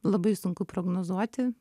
labai sunku prognozuoti